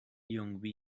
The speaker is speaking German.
lilongwe